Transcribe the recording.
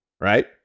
right